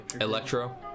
electro